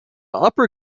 upper